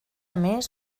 més